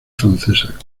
francesa